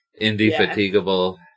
indefatigable